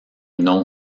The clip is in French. non